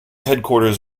headquarters